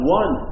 one